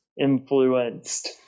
influenced